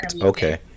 okay